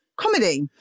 comedy